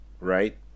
right